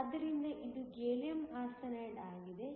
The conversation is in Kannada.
ಆದ್ದರಿಂದ ಇದು ಗ್ಯಾಲಿಯಂ ಆರ್ಸೆನೈಡ್ ಆಗಿದೆ